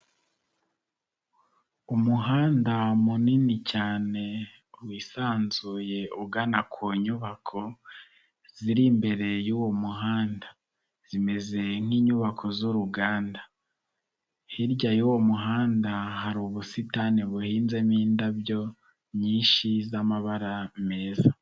Umuhanda munini cyane wisanzuye ugana ku nyubako ziri imbere y'wo muhanda, zimeze nk'inyubako z'uruganda, hirya y'uwo muhanda hari ubusitani buhinnzemo indabyo nyinshi z'amabara meza.